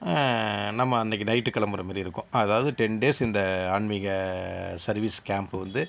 நம்ம அன்னைக்கு நைட்டு கிளம்புற மாதிரி இருக்கும் அதாவது டென் டேஸ் இந்த ஆன்மீக சர்வீஸ் கேம்ப் வந்து